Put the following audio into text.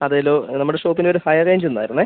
അതെയെല്ലോ നമ്മുടെ ഷോപ്പിൻ്റെ പേര് ഹൈറേഞ്ച് എന്നായിരുന്നേ